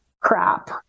crap